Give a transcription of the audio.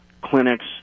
clinics